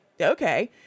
okay